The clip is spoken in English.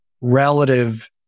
relative